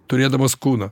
turėdamas kūną